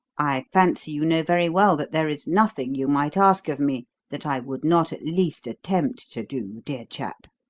i fancy you know very well that there is nothing you might ask of me that i would not at least attempt to do, dear chap.